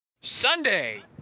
Sunday